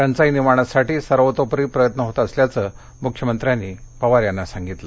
टचाई निवारणासाठी सर्वतोपरी प्रयत्न होत असल्याचं मुख्यमंत्र्यांनी पवार यांना सांगितलं